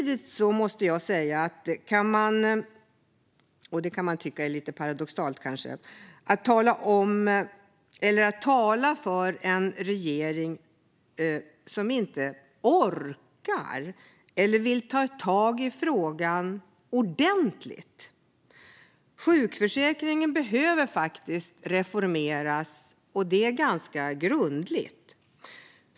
Det är kanske lite paradoxalt men samtidigt måste man tala om en regering som inte orkar eller vill ta tag i frågan ordentligt. Sjukförsäkringen behöver faktiskt reformeras och det ganska grundligt.